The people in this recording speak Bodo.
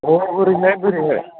अह ओरैनो बोरैहाय